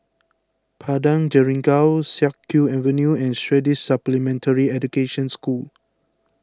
Padang Jeringau Siak Kew Avenue and Swedish Supplementary Education School